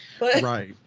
Right